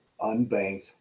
unbanked